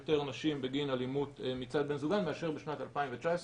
יותר נשים בגין אלימות מצד בן זוגן מאשר בשנת 2019,